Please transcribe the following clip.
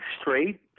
straight